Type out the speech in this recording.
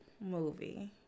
movie